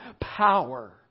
Power